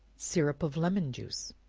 syrup of lemon juice.